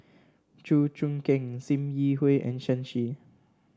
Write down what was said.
Chew Choo Keng Sim Yi Hui and Shen Xi